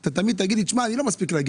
אתה תמיד תגיד לי שאתה לא מצליח להגיע